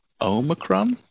Omicron